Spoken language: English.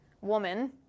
woman